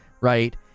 right